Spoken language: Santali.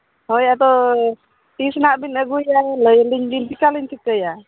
ᱦᱳᱭ ᱟᱫᱚ ᱛᱤᱥ ᱱᱟᱦᱟᱜᱵᱤᱱ ᱟᱹᱜᱩᱭᱮᱫᱼᱟ ᱞᱟᱹᱭᱟᱹᱞᱤᱧᱵᱤᱱ ᱪᱮᱠᱟᱞᱤᱧ ᱴᱷᱤᱠᱟᱹᱭᱟ